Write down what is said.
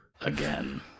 Again